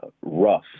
rough